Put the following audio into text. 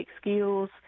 skills